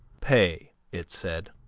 pay, it said,